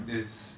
is